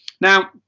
Now